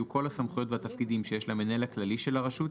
יהיו כל הסמכויות והתפקידים שיש למנהל הכללי של הרשות,